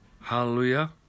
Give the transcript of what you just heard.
Hallelujah